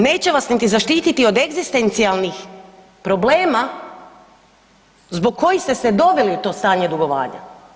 Neće vas niti zaštititi od egzistencijalnih problema zbog koji ste se doveli u to stanje dugovanja.